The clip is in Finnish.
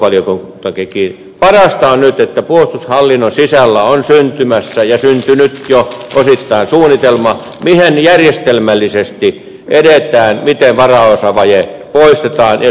parasta on nyt että puolustushallinnon sisällä on syntymässä ja syntynyt jo osittain suunnitelma mihin järjestelmällisesti edetään miten varaosavaje poistetaan ja otetaan sitten hankintasuunnitelmissa huomioon